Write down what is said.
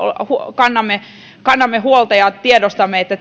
kannamme kannamme huolta ja tiedostamme että